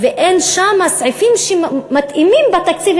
ואין שם סעיפים שמתאימים בתקציב,